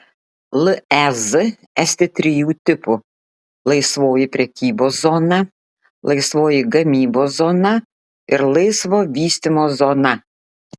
lez esti trijų tipų laisvoji prekybos zona laisvoji gamybos zona ir laisvo vystymo zona